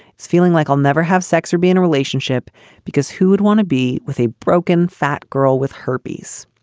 it's feeling like i'll never have sex or be in a relationship because who would want to be with a broken fat girl with herpes?